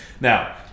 Now